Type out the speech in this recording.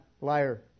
Liar